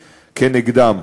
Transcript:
נגדם.